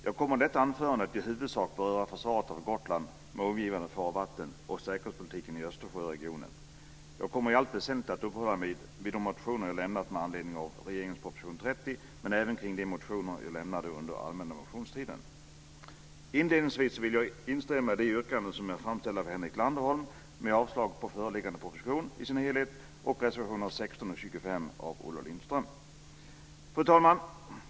Fru talman! Jag kommer i detta anförande att i huvudsak beröra försvaret av Gotland med omgivande farvatten och säkerhetspolitiken i Östersjöregionen. Jag kommer i allt väsentligt att uppehålla mig vid de motioner jag lämnat med anledning av regeringens proposition 30 men även kring de motioner som jag lämnade under allmänna motionstiden. Inledningsvis vill jag instämma i de yrkanden som är framställda av Henrik Landerholm med avslag på föreliggande proposition i dess helhet och bifall till reservationerna 16 och 25 av Olle Lindström. Fru talman!